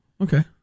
okay